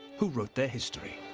who wrote their history.